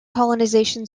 colonization